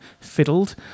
fiddled